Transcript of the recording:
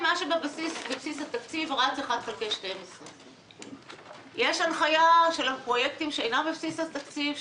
מה שבבסיס התקציב רץ 1/12. יש הנחיה לגבי הפרויקטים שאינם בבסיס התקציב,